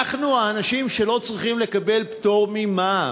אנחנו האנשים שלא צריכים לקבל פטור ממע"מ.